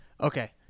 Okay